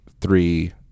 three